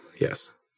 yes